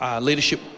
Leadership